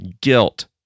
guilt